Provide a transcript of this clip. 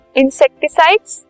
insecticides